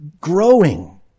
growing